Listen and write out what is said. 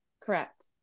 Correct